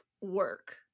work